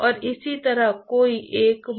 इसलिए यह स्थिति xy और z का एक फंक्शन होगा